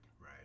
right